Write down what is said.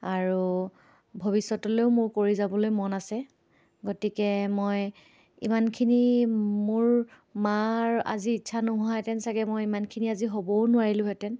আৰু ভৱিষ্যতলৈও মোৰ কৰি যাবলৈ মন আছে গতিকে মই ইমানখিনি মোৰ মাৰ আজি ইচ্ছা নোহোৱাহেঁতেন ছাগৈ মই ইমানখিনি আজি হ'বও নোৱাৰিলোঁহেঁতেন